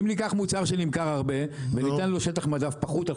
אם ניקח מוצר שנמכר הרבה וניתן לו שטח מדף פחות על